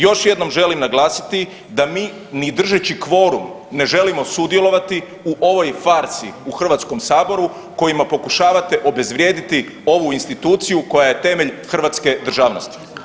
Još jednom želim naglasiti da mi ni držeći kvorum ne želimo sudjelovati u ovoj farsi u Hrvatskom saboru kojima pokušavate obezvrijediti ovu instituciju koja je temelj hrvatske državnosti.